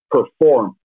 perform